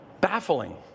Baffling